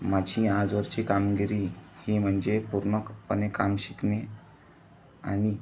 माझी आजवरची कामगिरी ही म्हणजे पूर्णपणे काम शिकणे आणि